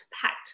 packed